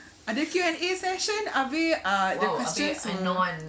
ada Q&A session uh the questions were